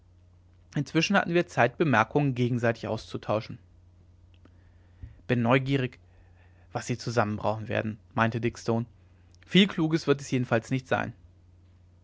inzwischen hatten wir zeit bemerkungen gegenseitig auszutauschen bin neugierig was sie zusammenbrauen werden meinte dick stone viel kluges wird es jedenfalls nicht sein